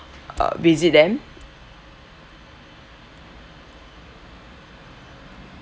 uh visit them